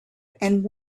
and